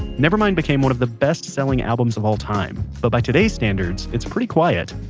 nevermind became one of the best selling albums of all time, but by today's standards, it's pretty quiet.